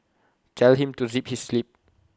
tell him to zip his lip